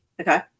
okay